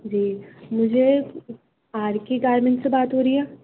جی مجھے R K garment سے بات ہو رہی ہے